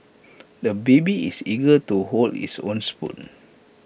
the baby is eager to hold his own spoon